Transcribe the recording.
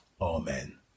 Amen